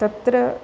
तत्र